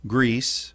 Greece